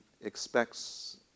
expects